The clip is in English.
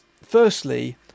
firstly